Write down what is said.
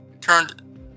Turned